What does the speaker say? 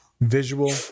visual